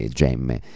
gemme